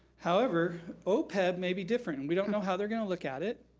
however, opeb may be different. and we don't know how they're gonna look at it